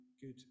good